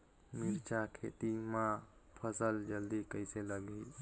मिरचा खेती मां फल जल्दी कइसे लगही?